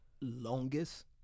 longest